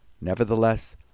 Nevertheless